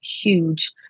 huge